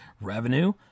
Revenue